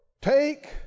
take